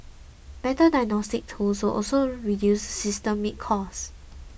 better diagnostics tools will also reduce systemic cost